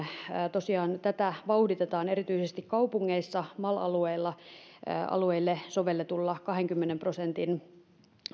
tosiaan tätä vauhditetaan erityisesti kaupungeissa mal alueille sovelletulla kahdenkymmenen prosentin